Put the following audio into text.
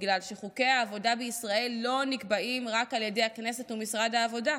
בגלל שחוקי העבודה בישראל לא נקבעים רק על ידי הכנסת ומשרד העבודה,